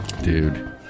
Dude